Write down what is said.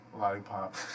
lollipop